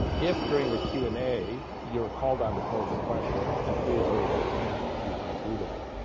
if during the q and a, you're called on to pose a question, and please raise your hand if you want to do that,